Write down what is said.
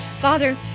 Father